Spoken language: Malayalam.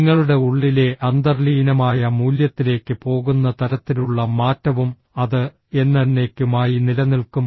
നിങ്ങളുടെ ഉള്ളിലെ അന്തർലീനമായ മൂല്യത്തിലേക്ക് പോകുന്ന തരത്തിലുള്ള മാറ്റവും അത് എന്നെന്നേക്കുമായി നിലനിൽക്കും